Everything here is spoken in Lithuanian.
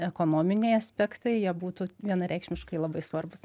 ekonominiai aspektai jie būtų vienareikšmiškai labai svarbūs